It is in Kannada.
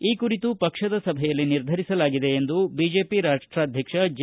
ಈ ಕುರಿತು ಪಕ್ಷದ ಸಭೆಯಲ್ಲಿ ನಿರ್ಧರಿಸಲಾಗಿದೆ ಎಂದು ಬಿಜೆಪಿ ರಾಷ್ಟಾಧ್ಯಕ್ಷ ಜೆ